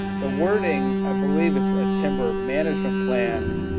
the wording, i believe is a timber management plan.